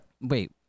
Wait